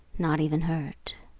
not even hurt.